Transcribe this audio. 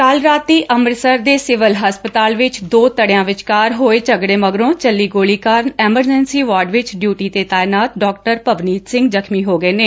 ਕੱਲ ਰਾਤੀ ਅੰਮ੍ਰਿਤਸਰ ਦੇ ਸਿਵਲ ਹਸਪਤਾਲ ਵਿਚ ਦੋ ਧੜਿਆਂ ਵਿਚਕਾਰ ਹੋਚੇ ਝਗੜੇ ਮਗਰੋਂ ਚੱਲੀ ਗੋਲੀ ਕਾਰਨ ਐਮਰਜੈਾਂਸੀ ਵਾਰਡ ਵਿਚ ਡਿਊਟੀ ਤੇ ਤਾਇਨਾਤ ਡਾਕਟਰ ਭਵਨੀਤ ਸਿੰਘ ਜ਼ਖਮੀ ਹੋ ਗਏ ਨੇ